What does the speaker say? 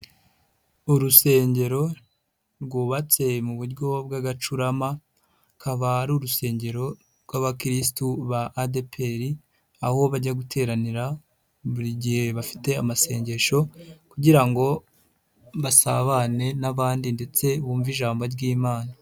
Urusengero rwubatse mu buryo bw'agacurama, akaba ari urusengero rw'Abakirisitu ba ADPER, aho bajya guteranira, buri gihe bafite amasengesho kugira ngo basabane n'abandi ndetse bumve ijambo ry'Imana.